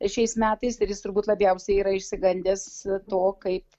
šiais metais ir jis turbūt labiausiai yra išsigandęs to kaip